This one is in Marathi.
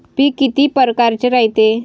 पिकं किती परकारचे रायते?